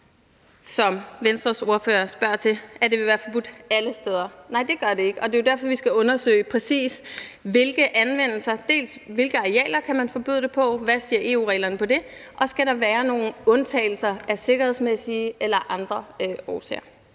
som Venstres ordfører spørger til, at det vil være forbudt alle steder? Nej, det gør det ikke, og det er jo derfor, vi skal undersøg præcist, dels hvilke anvendelser og på hvilke arealer man kan forbyde det, og dels hvad EU-reglerne siger om det, dels om der skal være nogle undtagelser af sikkerhedsmæssige eller andre årsager.